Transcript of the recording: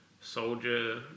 soldier